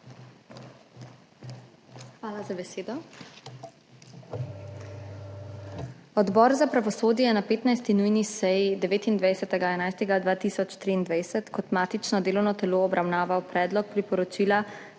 Hvala za besedo. Odbor za pravosodje je na 15. nujni seji 29. 11. 2023 kot matično delovno telo obravnaval predlog priporočila